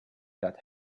that